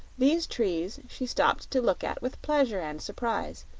these trees she stopped to look at with pleasure and surprise,